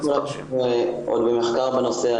קודם כל זה עוד במחקר בנושא,